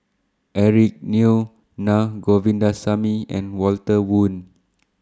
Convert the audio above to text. Eric Neo Naa Govindasamy and Walter Woon